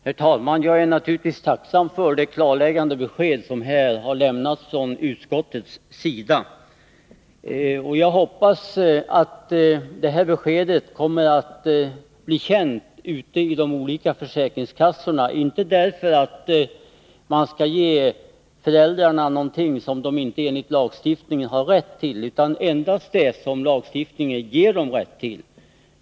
Herr talman! Jag är naturligtvis tacksam för det klarläggande besked som här har lämnats från utskottets sida. Jag hoppas att detta besked kommer att bli känt ute på de olika försäkringskassorna — inte för att man skall ge föräldrarna någonting som de enligt lagstiftningen inte har rätt till, utan endast för att de skall få det som lagstiftningen ger dem rätt till.